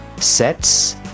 Sets